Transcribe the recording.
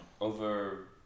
over